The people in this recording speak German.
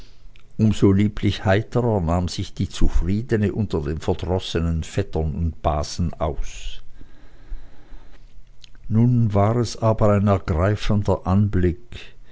so lieblich heiterer nahm sich die zufriedene unter den verdrossenen vettern und basen aus nun war es aber ein ergreifender anblick